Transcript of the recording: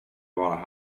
vara